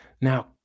Now